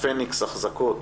הפניקס אחזקות,